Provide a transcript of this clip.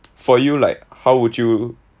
for you like how would you